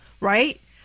right